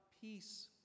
peace